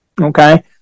Okay